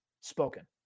spoken